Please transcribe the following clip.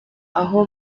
aho